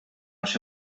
los